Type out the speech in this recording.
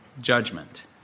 judgment